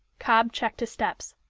cobb checked his steps.